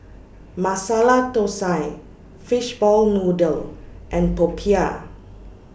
Masala Thosai Fishball Noodle and Popiah